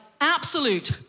absolute